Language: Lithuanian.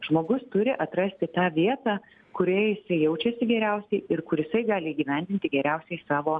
žmogus turi atrasti tą vietą kurioje jisai jaučiasi geriausiai ir kur jisai gali įgyvendinti geriausiai savo